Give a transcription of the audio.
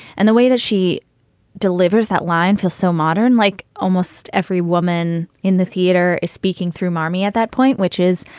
and the way that she delivers that line feels so modern. like almost every woman in the theater is speaking through marmy at that point, which is,